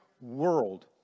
world